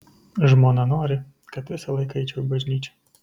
žmona nori kad visą laiką eičiau į bažnyčią